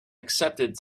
accepted